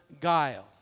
guile